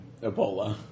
Ebola